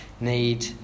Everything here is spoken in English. need